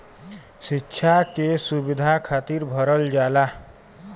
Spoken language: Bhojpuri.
सिक्षा के सुविधा खातिर भरल जाला